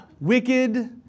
Wicked